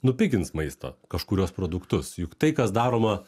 nupigins maisto kažkuriuos produktus juk tai kas daroma